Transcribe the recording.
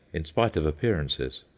in spite of appearances.